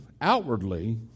outwardly